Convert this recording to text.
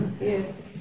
Yes